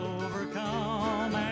overcome